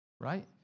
Right